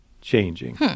changing